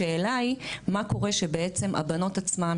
השאלה היא מה קורה כשבעצם הבנות עצמן,